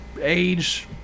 age